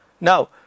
now